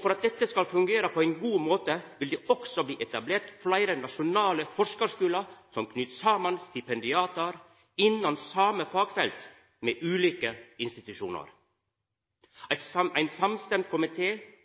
For at dette skal fungera på ein god måte, vil det også bli etablert fleire nasjonale forskarskular som knyter saman stipendiatar innan same fagfelt ved ulike institusjonar.